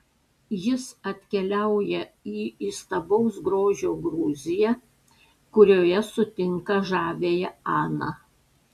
jis atkeliauja į įstabaus grožio gruziją kurioje sutinka žaviąją aną